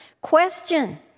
Question